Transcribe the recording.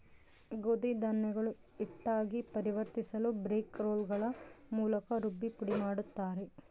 ಗೋಧಿ ಧಾನ್ಯಗಳು ಹಿಟ್ಟಾಗಿ ಪರಿವರ್ತಿಸಲುಬ್ರೇಕ್ ರೋಲ್ಗಳ ಮೂಲಕ ರುಬ್ಬಿ ಪುಡಿಮಾಡುತ್ತಾರೆ